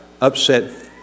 upset